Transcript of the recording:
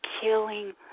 killing